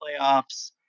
playoffs